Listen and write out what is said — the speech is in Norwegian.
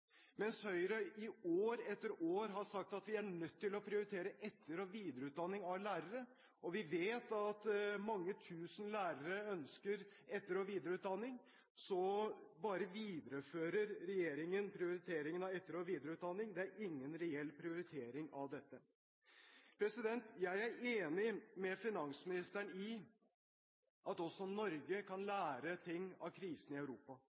mens Høyre i år etter år har sagt at vi er nødt til å prioritere etter- og videreutdanning av lærere. Vi vet at mange tusen lærere ønsker etter- og videreutdanning, men regjeringen bare viderefører prioriteringen av etter- og videreutdanning. Det er ingen reell prioritering av dette. Jeg er enig med finansministeren i at også Norge kan lære ting av krisen i Europa.